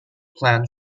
plan